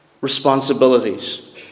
responsibilities